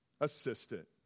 assistant